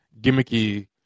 gimmicky